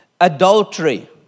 Adultery